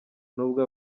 nubwo